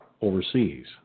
overseas